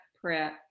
prep